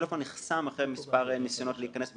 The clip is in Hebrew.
שהטלפון נחסם אחרי מספר ניסיונות להיכנס,